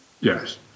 yes